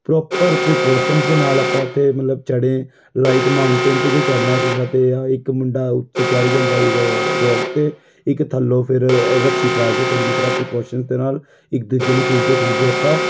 proper precautions ਦੇ ਨਾਲ ਆਪਾਂ ਉੱਥੇ ਮਤਲਬ ਚੜ੍ਹੇ ਲਾਈਕ ਮਾਊਂਟੇਨ 'ਤੇ ਜੇ ਚੜਨਾ ਸੀਗਾ ਅਤੇ ਆ ਇੱਕ ਮੁੰਡਾ ਉੱਥੇ ਚੜ੍ਹ ਜਾਂਦਾ ਹੈ ਇਰੋ ਰੋਕ 'ਤੇ ਇੱਕ ਥੱਲੋਂ ਫਿਰ ਰੱਸੀ ਪਾ ਕੇ ਚੰਗੀ ਤਰ੍ਹਾਂ ਪ੍ਰੀਕੋਸ਼ਨ ਦੇ ਨਾਲ ਇੱਕ ਦੂਜੇ ਨੂੰ ਖਿੱਚਦੇ ਖਿੱਚਦੇ ਆਪਾਂ